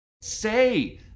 say